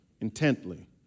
intently